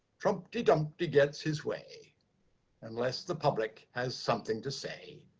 trumpty dumpty gets his way unless the public has something to say.